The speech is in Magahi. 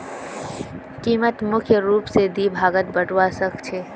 कीमतक मुख्य रूप स दी भागत बटवा स ख छ